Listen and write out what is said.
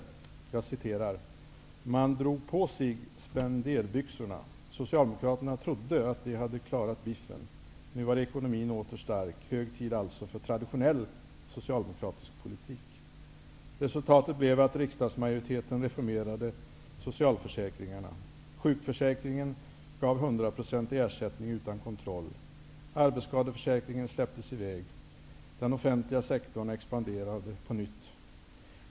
Vidare säger han: ''Man drog på sig spenderbyxorna. Socialdemokraterna trodde att de klarat biffen. Nu var ekonomin åter stark, hög tid alltså för traditionell socialdemokratisk politik. Sjukförsäkringen gav 100-procentig ersättning utan kontroll. Arbetsskadeförsäkringen släpptes iväg. Den offentliga sektorn expanderade på nytt.